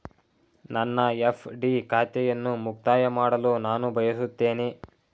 ನನ್ನ ಎಫ್.ಡಿ ಖಾತೆಯನ್ನು ಮುಕ್ತಾಯ ಮಾಡಲು ನಾನು ಬಯಸುತ್ತೇನೆ